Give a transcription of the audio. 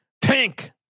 tank